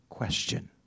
question